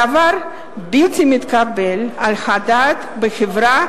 הדבר בלתי מתקבל על הדעת בחברה